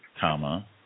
comma